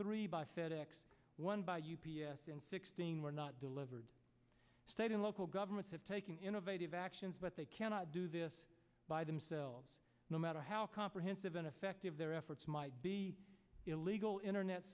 three by fed ex one by sixteen were not delivered state and local governments have taken innovative actions but they cannot do this by themselves no matter how comprehensive and effective their efforts might be illegal internet